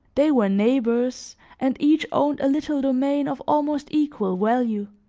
they were neighbors and each owned a little domain of almost equal value.